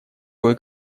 кое